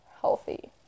healthy